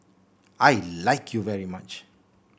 I like you very much